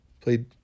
played